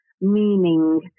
meaning